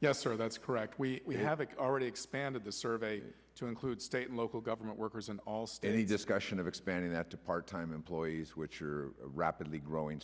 yes sir that's correct we have it already expanded the survey to include state and local government workers and any discussion of expanding that to part time employees which are rapidly growing